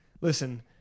Listen